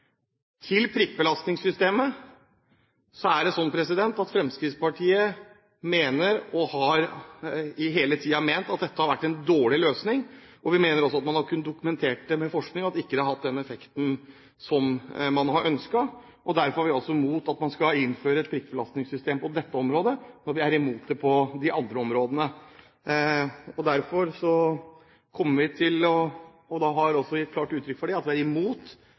Til prikkbelastningssystemet: Det er sånn at Fremskrittspartiet mener, og har hele tiden ment, at dette er en dårlig løsning. Vi mener også at man har kunnet dokumentere med forskning at det ikke har hatt den effekten som man har ønsket. Derfor er vi også imot at man skal innføre et prikkbelastningssystem på dette området, når vi er imot det på de andre områdene. Vi har gitt klart uttrykk for at vi er imot at man skal vurdere prikkbelastningssystemet i forslaget fra Kristelig Folkeparti. Men det er